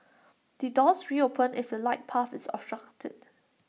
the doors reopen if the light path is obstructed